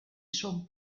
són